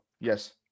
Yes